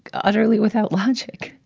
utterly without logic.